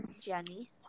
Jenny